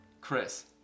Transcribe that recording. Chris